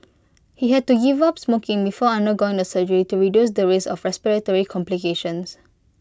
he had to give up smoking before undergoing the surgery to reduce the risk of respiratory complications